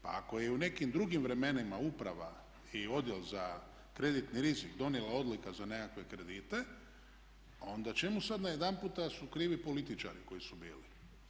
Pa ako je i u nekim drugim vremenima uprava i odjel za kreditni rizik donio odluku za nekakve kredite, onda čemu sad najedanputa su krivi političari koji su bili?